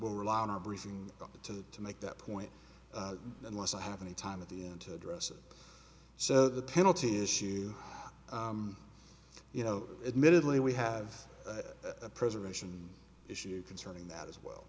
will rely on a briefing to the to make that point unless i have any time at the end to address it so the penalty issue you know admittedly we have a preservation issue concerning that as well